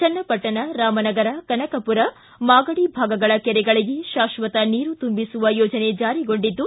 ಚನ್ನಪಟ್ಟಣ ರಾಮನಗರ ಕನಕಪುರ ಮಾಗಡಿ ಭಾಗಗಳ ಕೆರೆಗಳಿಗೆ ಶಾಕ್ಷತ ನೀರು ತುಂಬಿಸುವ ಯೋಜನೆ ಜಾರಿಗೆಗೊಂಡಿದ್ದು